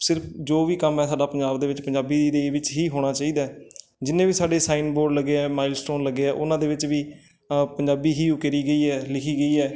ਸਿਰਫ ਜੋ ਵੀ ਕੰਮ ਹੈ ਸਾਡਾ ਪੰਜਾਬ ਦੇ ਵਿੱਚ ਪੰਜਾਬੀ ਦੇ ਵਿੱਚ ਹੀ ਹੋਣਾ ਚਾਹੀਦਾ ਹੈ ਜਿੰਨੇ ਵੀ ਸਾਡੇ ਸਾਈਨ ਬੋਰਡ ਲੱਗੇ ਆ ਮਾਈਲਸਟੋਨ ਲੱਗੇ ਆ ਉਹਨਾਂ ਦੇ ਵਿੱਚ ਵੀ ਪੰਜਾਬੀ ਹੀ ਉਕੇਰੀ ਗਈ ਹੈ ਲਿਖੀ ਗਈ ਹੈ